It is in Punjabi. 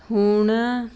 ਹੁਣ